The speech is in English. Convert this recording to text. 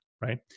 Right